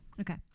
Okay